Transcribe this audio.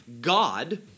God